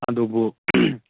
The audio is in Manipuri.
ꯑꯗꯨꯕꯨ